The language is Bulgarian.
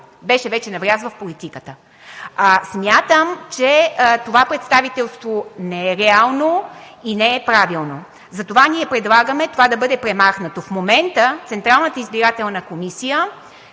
беше вече навлязла в политиката. Смятам, че това представителство не е реално и не е правилно. Затова ние предлагаме това да бъде премахнато. В момента Централната избирателна комисия